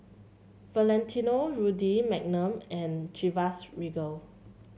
Valentino Rudy Magnum and Chivas Regal